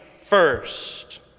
first